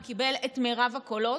הוא קיבל את מרב הקולות,